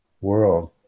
world